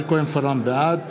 בעד